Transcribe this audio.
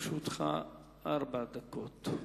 לרשותך ארבע דקות.